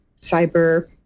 cyber